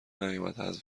نیامد، حذف